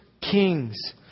Kings